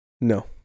No